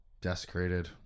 Desecrated